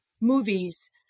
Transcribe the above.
movies